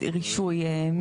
חמש דקות זמן יעקב?